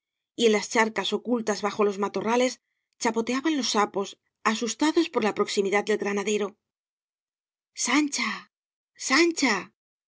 y en las charcas ocultas bajo los matorrales chapoteaban los sapos asustados por la proximí dad del granadero sandial sancha